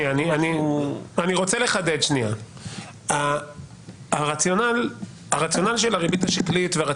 אני רוצה לחדד: הרציונלים של הריבית השקלית ושל